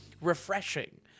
refreshing